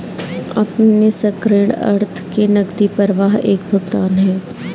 अपने संकीर्ण अर्थ में नकदी प्रवाह एक भुगतान है